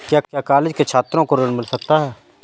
क्या कॉलेज के छात्रो को ऋण मिल सकता है?